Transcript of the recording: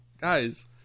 guys